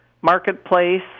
marketplace